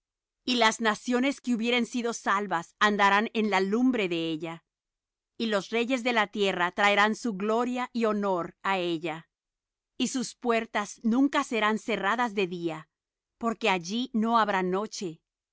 y las naciones que hubieren sido salvas andarán en la lumbre de ella y los reyes de la tierra traerán su gloria y honor á ella y sus puertas nunca serán cerradas de día porque allí no habrá noche